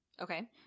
Okay